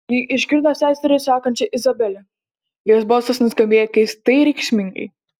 ji išgirdo seserį sakančią izabele jos balsas nuskambėjo keistai reikšmingai